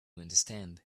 understand